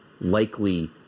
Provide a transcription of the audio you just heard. likely